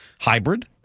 hybrid